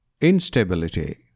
Instability